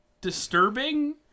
disturbing